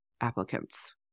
applicants